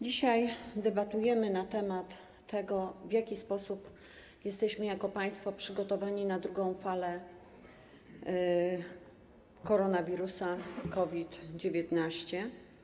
Dzisiaj debatujemy na temat tego, w jaki sposób jesteśmy jako państwo przygotowani na drugą falę koronawirusa COVID-19.